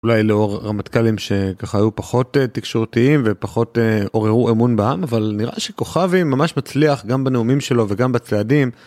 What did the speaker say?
אולי לאור רמטכ"לים שככה היו פחות תקשורתיים, ופחות עוררו אמון בעם. אבל נראה שכוכבי ממש מצליח, גם בנאומים שלו וגם בצעדים.